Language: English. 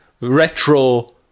retro